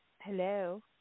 hello